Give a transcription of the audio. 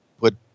put